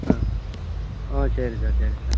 ஆ ஆ சரி சார் சரி சார்